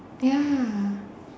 ya